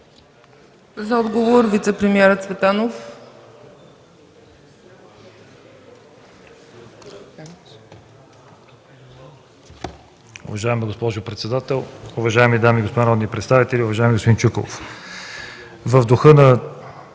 За отговор – вицепремиерът Цветанов.